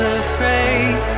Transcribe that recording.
afraid